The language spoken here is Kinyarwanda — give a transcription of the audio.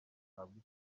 ahabwe